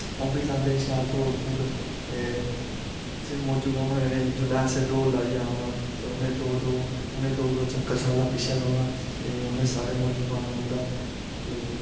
ओह् बी लांदे हे शैल दौड़ दूड़ ते फिर मौजू करने जिसलै असैं दौड़ लाईयै औना उनैं दो दो चक्कर साला पिच्छें रौह्ना ते उनैं सारैं मौजू पाना उंदा ते